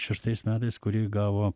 šeštais metais kuri gavo